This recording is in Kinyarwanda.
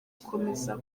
gukomeza